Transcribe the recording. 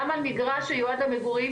גם על מגרש שיועד למגורים,